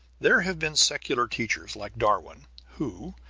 there have been secular teachers like darwin, who,